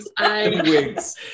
wigs